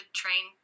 train